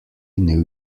new